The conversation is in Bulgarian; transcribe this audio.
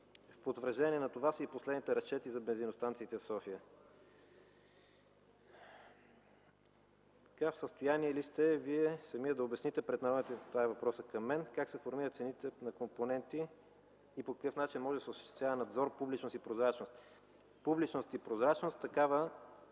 В потвърждение на това са и последните разчети за бензиностанциите в София. В състояние ли сте Вие самият да обясните пред народните представители (това е въпросът към мен), как се формират цените по компоненти и по какъв начин може да се осъществява надзор, публичност и прозрачност. Публичност и прозрачност – такава